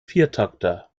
viertakter